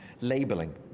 labelling